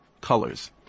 colors